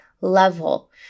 level